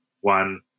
one